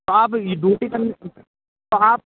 तो आप ये डूटी करने तो आप